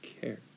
care